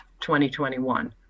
2021